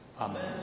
amen